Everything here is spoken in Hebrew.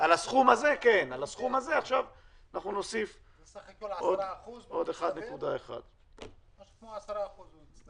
על הסכום הזה עכשיו אנחנו עוד נוסיף 1.1%. זה משהו כמו 10% במצטבר.